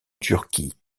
turquie